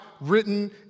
written